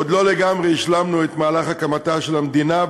עוד לא לגמרי השלמנו את מהלך הקמתה של המדינה,